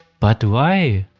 but why?